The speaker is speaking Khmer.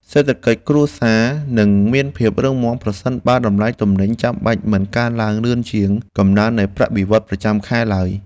សេដ្ឋកិច្ចគ្រួសារនឹងមានភាពរឹងមាំប្រសិនបើតម្លៃទំនិញចាំបាច់មិនកើនឡើងលឿនជាងកំណើននៃប្រាក់បៀវត្សរ៍ប្រចាំខែឡើយ។